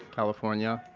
california.